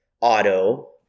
auto